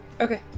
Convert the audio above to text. Okay